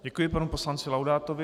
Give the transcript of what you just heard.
Děkuji panu poslanci Laudátovi.